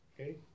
okay